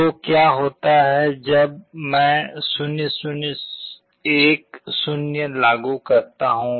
तो क्या होता है जब मैं 0 0 1 0 लागू करता हूं